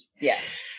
Yes